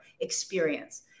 experience